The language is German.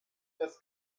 das